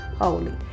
holy